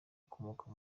ukomoka